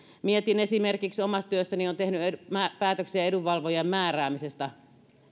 mietin esimerkiksi sitä kun omassa työssäni olen tehnyt päätöksiä edunvalvojien määräämisestä